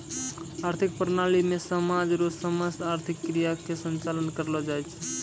आर्थिक प्रणाली मे समाज रो समस्त आर्थिक क्रिया के संचालन करलो जाय छै